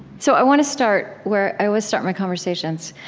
so i want to start where i always start my conversations,